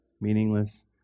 meaningless